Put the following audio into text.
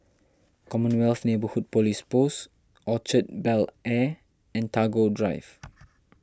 Commonwealth Neighbourhood Police Post Orchard Bel Air and Tagore Drive